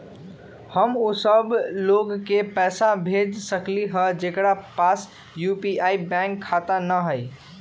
हम उ सब लोग के पैसा भेज सकली ह जेकरा पास यू.पी.आई बैंक खाता न हई?